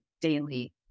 daily